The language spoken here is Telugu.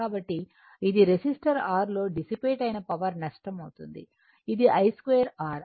కాబట్టి ఇది రెసిస్టర్ R లో డిసిపేట్ అయిన పవర్ నష్టం అవుతుంది ఇది I2R